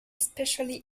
especially